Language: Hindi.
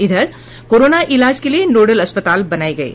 इधर कोरोना इलाज के लिए नोडल अस्पताल बनाये गये